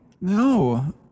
No